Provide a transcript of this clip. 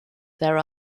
there